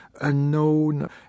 unknown